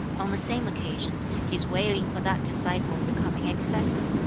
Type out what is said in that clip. on the same occasion, his wailing for that disciple becoming excessive,